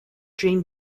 dream